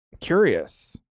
Curious